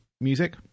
music